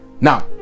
Now